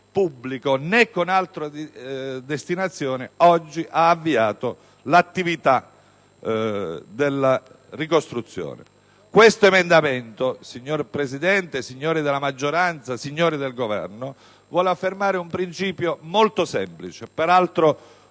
pubblico né con altra destinazione oggi è stata avviata l'attività di ricostruzione. L'emendamento in titolo, signor Presidente, signori della maggioranza, signori del Governo, vuole affermare un principio molto semplice, peraltro